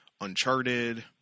uncharted